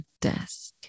desk